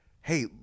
hey